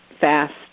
fast